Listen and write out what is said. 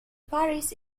paris